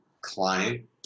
client